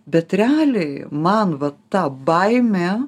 bet realiai man va ta baimė